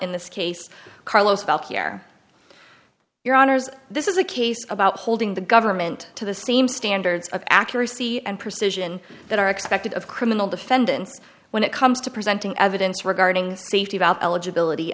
in this case carlos felt here your honour's this is a case about holding the government to the same standards of accuracy and precision that are expected of criminal defendants when it comes to presenting evidence regarding safety valve eligibility